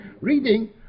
Reading